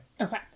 Okay